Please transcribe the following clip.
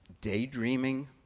daydreaming